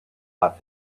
off